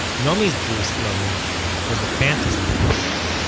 naomi's jerusalem was a fantasy,